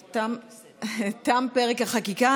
תם פרק החקיקה.